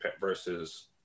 versus